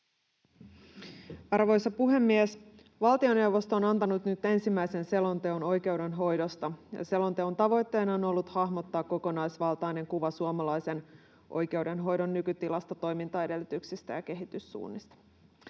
Arvoisa puhemies! Valtioneuvosto on antanut nyt ensimmäisen selonteon oikeudenhoidosta. Selonteon tavoitteena on ollut hahmottaa kokonaisvaltainen kuva suomalaisen oikeudenhoidon nykytilasta, toimintaedellytyksistä ja kehityssuunnista.